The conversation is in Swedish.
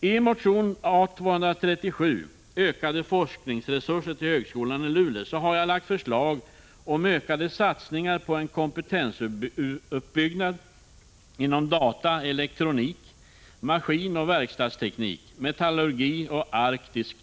I min motion A237 om ökade forskningsresurser till högskolan i Luleå har jag lagt fram förslag om ökade satsningar på en kompetensuppbyggnad inom data/elektronik, maskinoch verkstadsteknik, metallurgi och arktisk teknik.